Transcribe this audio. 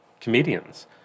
Comedians